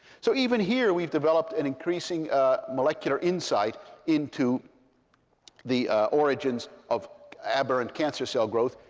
so even here, we've developed an increasing molecular insight into the origins of aberrant cancer cell growth.